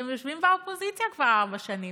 שהם יושבים באופוזיציה כבר ארבע שנים.